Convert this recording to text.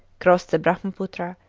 crossed the brahmaputra,